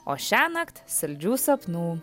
o šiąnakt saldžių sapnų